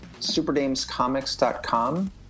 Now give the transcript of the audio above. superdamescomics.com